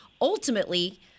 ultimately